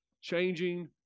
Changing